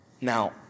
Now